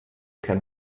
can